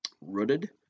rooted